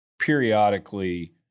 periodically